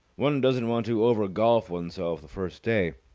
one doesn't want to over-golf oneself the first day.